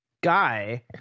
guy